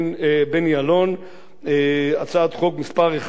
הצעת חוק מס' 1379,